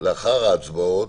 לאחר ההצבעות,